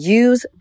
use